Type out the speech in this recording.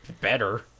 better